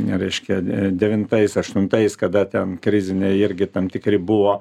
reiškia devintais aštuntais kada ten kriziniai irgi tam tikri buvo